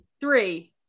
three